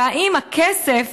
והאם הכסף,